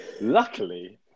luckily